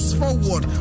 forward